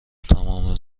تمام